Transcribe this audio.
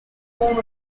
form